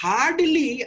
Hardly